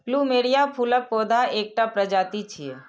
plumeria फूलक पौधा के एकटा प्रजाति छियै